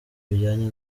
bijyanye